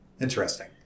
Interesting